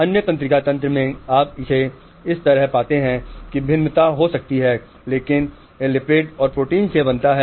अन्य तंत्रिका तंत्र में आप इसे इस तरह पाते हैं कि भिन्नता हो सकती है लेकिन यह लिपिड और प्रोटीन से बनता है